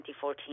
2014